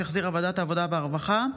שהחזירה ועדת העבודה והרווחה.